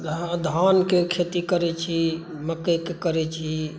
धानके खेती करै छी मकइक करै छी